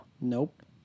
Nope